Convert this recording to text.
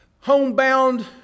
homebound